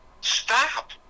stop